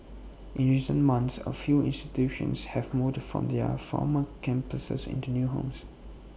in recent months A few institutions have moved from their former campuses into new homes